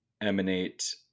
emanate